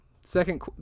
second